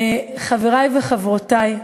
חברי וחברותי,